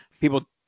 people